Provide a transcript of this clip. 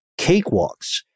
cakewalks